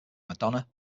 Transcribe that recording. madonna